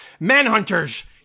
manhunters